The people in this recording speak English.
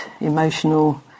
emotional